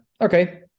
okay